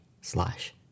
slash